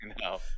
No